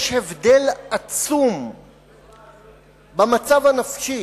יש הבדל עצום במצב הנפשי